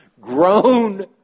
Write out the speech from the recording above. Grown